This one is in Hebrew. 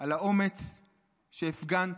על האומץ שהפגנת,